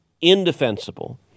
indefensible